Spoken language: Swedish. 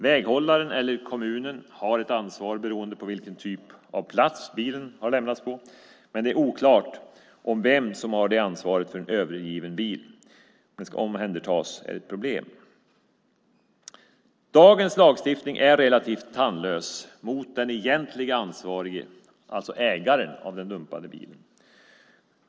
Väghållaren eller kommunen har ett ansvar beroende på vilken typ av plats bilen har lämnats på, men det är oklart vem som har ansvaret för att en övergiven bil omhändertas. Det är ett problem. Dagens lagstiftning är relativt tandlös mot den egentlige ansvarige, alltså ägaren av den dumpade bilen.